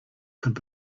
could